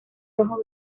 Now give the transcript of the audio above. rojo